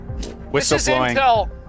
Whistleblowing